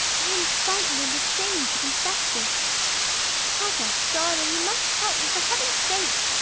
i am frightened and ashamed to confess this papa darling, you must help me, for heaven's sake.